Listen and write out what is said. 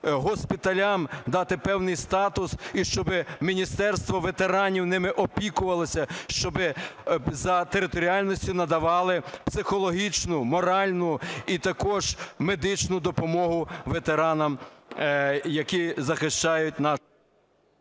госпіталям дати певний статус, і щоби Міністерство ветеранів ними опікувалося, щоби за територіальністю надавали психологічну, моральну і також медичну допомогу ветеранам, які захищають…